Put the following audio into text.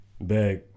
Back